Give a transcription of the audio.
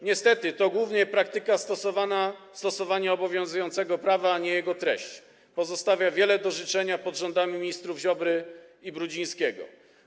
Niestety to głównie praktyka stosowania obowiązującego prawa, a nie jego treść, pozostawia wiele do życzenia pod rządami ministrów Ziobry i Brudzińskiego.